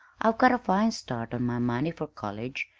i've got a fine start on my money for college,